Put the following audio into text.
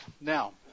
Now